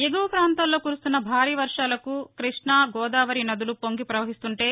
ఎగువ ప్రాంతంలో కురుస్తున్న భారీ వర్షాలకు కృష్ణ గోదావరి నదులు పొంగి ప్రవహిస్తోంటే